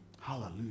Hallelujah